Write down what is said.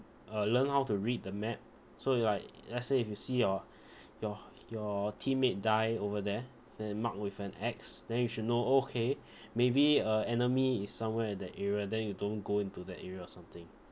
uh learn how to read the map so you like let's say if you see your your your teammate die over there then marked with an X then you should know okay maybe uh enemy is somewhere at that area then you don't go into the area or something